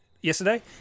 Yesterday